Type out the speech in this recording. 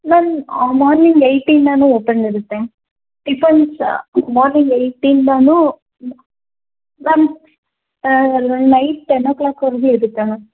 ma'am morning ಎಯ್ಟಿಂದನು open ಇರುತ್ತೆ tiffins morning ಎಯ್ಟಿಂದನು ಮ್ಯಾಮ್ ನೈಟ್ ಟೆನ್ ಒ ಕ್ಲಾಕ್ವರೆಗೂ ಇರುತ್ತೆ ಮ್ಯಾಮ್